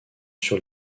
sur